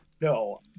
No